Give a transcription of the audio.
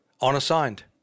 unassigned